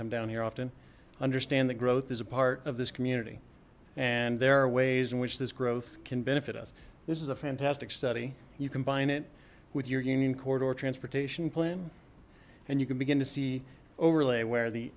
come down here often understand the growth is a part of this community and there are ways in which this growth can benefit us this is a fantastic study you combine it with your union corridor transportation plan and you can begin to see overlay where